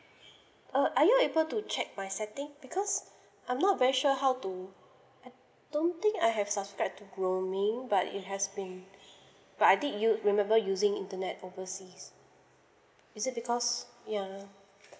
uh are you able to check my setting because I'm not very sure how to I don't think I have subscribe to roaming but it has been but I think you remember using internet overseas is it because yeah